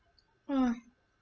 !wah!